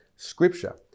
Scripture